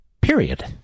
period